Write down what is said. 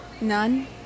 None